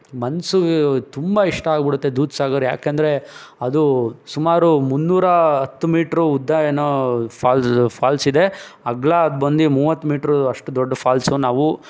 ಮನಸ್ಸು ತುಂಬ ಇಷ್ಟ ಆಗಿಬಿಡುತ್ತೆ ದೂದ್ಸಾಗರ್ ಯಾಕಂದರೆ ಅದು ಸುಮಾರು ಮುನ್ನೂರ ಹತ್ತು ಮೀಟ್ರು ಉದ್ದ ಏನೋ ಫಾಲ್ಸ್ ಫಾಲ್ಸಿದೆ ಅಗಲ ಅದು ಬಂದು ಮೂವತ್ತು ಮೀಟ್ರು ಅಷ್ಟು ದೊಡ್ಡ ಫಾಲ್ಸು ನಾವು